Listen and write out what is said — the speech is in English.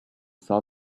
saw